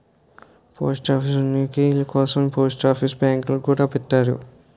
post office ఉనికి కోసం post office బ్యాంకులు గూడా పెట్టారు